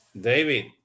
David